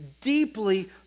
deeply